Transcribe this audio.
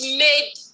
made